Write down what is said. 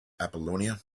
apollonia